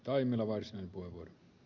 arvoisa puhemies